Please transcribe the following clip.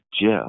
Jeff